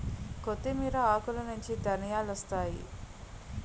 కొత్తిమీర ఆకులనుంచి ధనియాలొత్తాయి